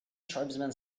tribesman